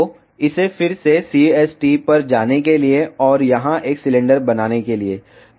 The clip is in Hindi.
तो इसे फिर से CST पर जाने के लिए और यहां एक सिलेंडर बनाने के लिए